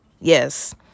yes